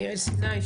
יעל סיני,